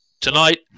tonight